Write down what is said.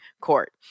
court